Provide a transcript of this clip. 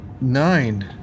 Nine